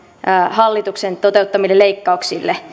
hallituksen toteuttamille leikkauksille